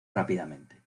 rápidamente